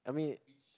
I mean